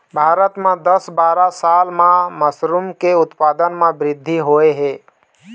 भारत म दस बारा साल म मसरूम के उत्पादन म बृद्धि होय हे